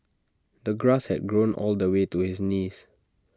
the grass had grown all the way to his knees